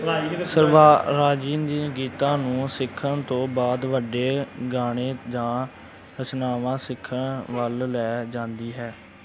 ਸਰਵਾਰਾਜੀਨ ਦੀਆਂ ਗੀਤਾਂ ਨੂੰ ਸਿੱਖਣ ਤੋਂ ਬਾਅਦ ਵੱਡੇ ਗਾਣੇ ਜਾਂ ਰਚਨਾਵਾਂ ਸਿੱਖਣ ਵੱਲ ਲੈ ਜਾਂਦੀ ਹੈ